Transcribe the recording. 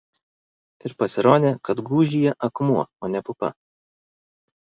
ir pasirodė kad gūžyje akmuo o ne pupa